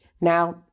Now